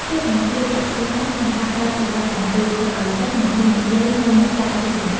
ភាពមិនជឿជាក់ខ្លួនឯងក្នុងការប្រើភាសាទាំងពីរធ្វើឲ្យសិស្សមិនហ៊ាននិយាយនៅមុខសាធារណៈ។